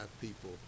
people